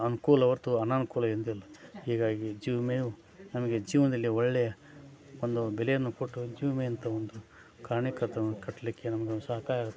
ಅನುಕೂಲ ಹೊರತು ಅನಾನುಕೂಲ ಎಂದು ಇಲ್ಲ ಹೀಗಾಗಿ ಜೀವ ವಿಮೆಯು ನಮಗೆ ಜೀವನದಲ್ಲಿ ಒಳ್ಳೆಯ ಒಂದು ಬೆಲೆಯನ್ನು ಕೊಟ್ಟು ಜೀವ ವಿಮೆ ಅಂತ ಒಂದು ಕಾರಣೀಕರ್ತವನ್ನು ಕಟ್ಟಲಿಕ್ಕೆ ನಮಗೊಂದು ಸಾಕಾರ